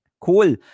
cool